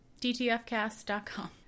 DTFCast.com